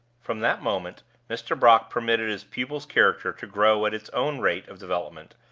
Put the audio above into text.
from that moment mr. brock permitted his pupil's character to grow at its own rate of development,